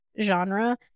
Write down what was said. genre